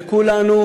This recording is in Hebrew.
וכולנו